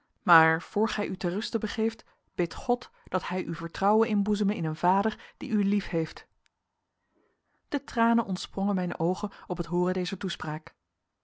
maar voor gij u ter ruste begeeft bid god dat hij u vertrouwen inboezeme in een vader die u liefheeft de tranen ontsprongen mijn oogen op het hooren dezer toespraak